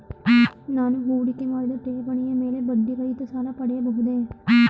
ನಾನು ಹೂಡಿಕೆ ಮಾಡಿದ ಠೇವಣಿಯ ಮೇಲೆ ಬಡ್ಡಿ ರಹಿತ ಸಾಲ ಪಡೆಯಬಹುದೇ?